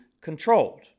controlled